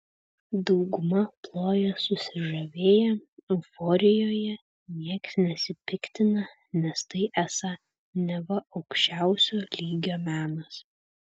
dauguma ploja susižavėję euforijoje niekas nesipiktina nes tai esą neva aukščiausio lygio menas